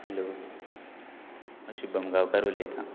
hello हांव शुभम गांवकार उलयतां